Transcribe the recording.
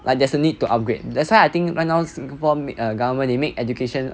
like there's a need to upgrade that's why I think right now singapore government they make education